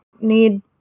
need